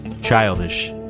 childish